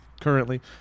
currently